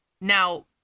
Now